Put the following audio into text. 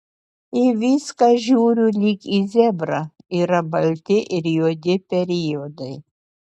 į viską žiūriu lyg į zebrą yra balti ir juodi periodai